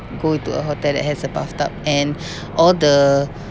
go to a hotel that has a bathtub and all the